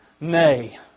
Nay